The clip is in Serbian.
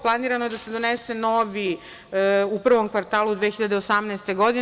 Planirano je da se donese novi u prvom kvartalu 2018. godine.